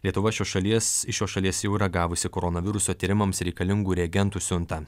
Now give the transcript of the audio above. lietuva šios šalies iš šios šalies jau yra gavusi koronaviruso tyrimams reikalingų reagentų siuntą